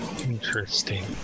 interesting